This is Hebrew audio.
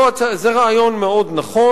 זה רעיון נכון מאוד,